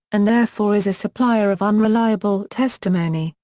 and therefore is a supplier of unreliable testimony,